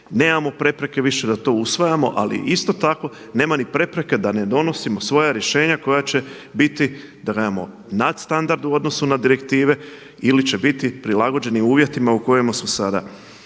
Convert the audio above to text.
nemamo prepreke više da to usvajamo, ali isto tako nemamo prepreke da ne donosimo svoja rješenja koja će biti da nemamo nad standard u odnosu na direktive ili će biti prilagođeni uvjetima u kojima su sada.